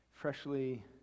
freshly